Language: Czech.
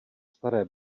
staré